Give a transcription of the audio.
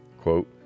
quote